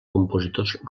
compositors